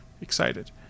excited